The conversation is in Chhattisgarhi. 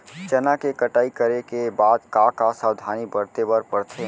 चना के कटाई करे के बाद का का सावधानी बरते बर परथे?